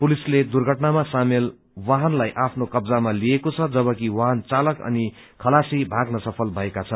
पुलिसले दुर्घटनमा सामेल वाहनलाई आफ्नो कब्जामा लिएको छ जबकी वाहन चालक अनि खतासी भाग्न सफल बनेको छन्